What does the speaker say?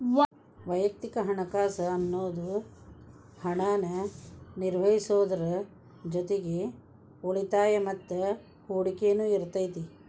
ವಯಕ್ತಿಕ ಹಣಕಾಸ್ ಅನ್ನುದು ಹಣನ ನಿರ್ವಹಿಸೋದ್ರ್ ಜೊತಿಗಿ ಉಳಿತಾಯ ಮತ್ತ ಹೂಡಕಿನು ಇರತೈತಿ